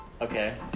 Okay